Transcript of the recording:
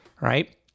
right